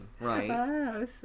right